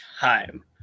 Time